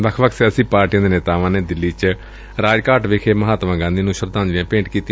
ਵੱਖ ਵੱਖ ਸਿਆਸੀ ਪਾਰਟੀਆਂ ਦੇ ਨੇਤਾਵਾਂ ਨੇ ਦਿੱਲੀ ਚ ਰਾਜ ਘਾਟ ਵਿਖੇ ਮਹਾਤਮਾ ਗਾਂਧੀ ਨੂੰ ਸ਼ਰਧਾਂਜਲੀ ਭੇਟ ਕੀਤੀ